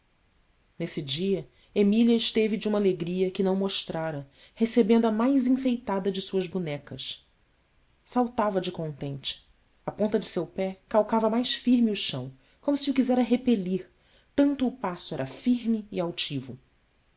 nesse dia emília esteve de uma alegria que não mostrara recebendo a mais enfeitada de suas bonecas saltava de contente a ponta de seu pé calcava mais firme o chão como se o quisera repelir tanto o passo era firme e altivo